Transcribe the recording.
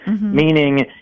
meaning